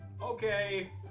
Okay